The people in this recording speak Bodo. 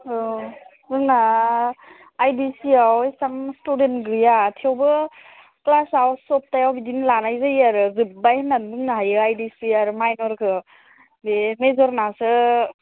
अ जोंना आइ दि सि आव एसेबां स्थुदेन्ट गैया थेवबो ख्लासाव सब्थायाव बिदिनो लानाय जायो आरो जोबबाय होनना बुंनो हायो आइ दि सि आरो मायनरखौ बे मेजरनियासो